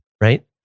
right